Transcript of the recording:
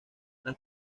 las